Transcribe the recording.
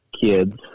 kids